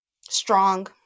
Strong